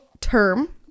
term